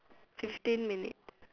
fifteen minutes